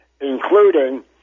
including